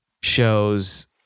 shows